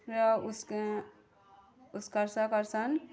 ପ୍ରିୟ ଉସକର୍ସ କରିସନ୍